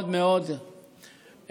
מאוד מאוד משמעותי,